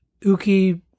uki